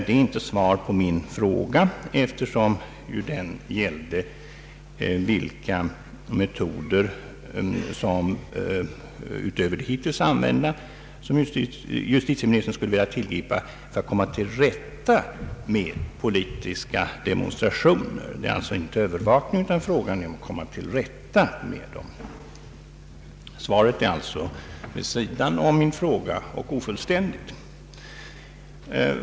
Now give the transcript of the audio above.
Det är inte svar på min fråga, eftersom denna gällde vilka metoder utöver hittills använda som justitieministern skulle vilja tillgripa för att komma till rätta med politiska demonstrationer. Det gäller alltså inte övervakning, utan frågan är att komma till rätta med politiska demonstrationer. Svaret är alltså vid sidan av min fråga och ofullständigt.